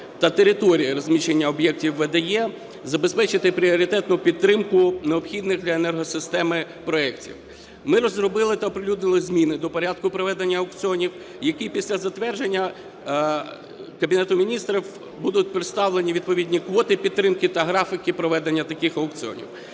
та території розміщення об'єктів ВДЕ, забезпечити пріоритетну підтримку необхідних для енергосистеми проектів. Ми розробили та оприлюднили зміни до порядку проведення аукціонів, які після затвердження Кабінету Міністрів будуть представлені відповідні квоти підтримки та графіки проведення таких аукціонів.